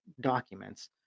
documents